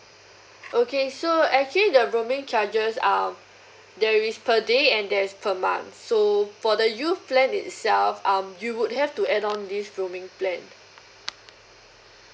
okay so actually the roaming charges um there is per day and there is per month so for the youth plan itself um you would have to add on this roaming plan